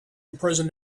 imprison